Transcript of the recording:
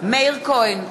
מאיר כהן,